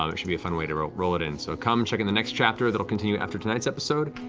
um should be a fun way to roll roll it in. so come check in the next chapter that'll continue after tonight's episode,